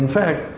fact,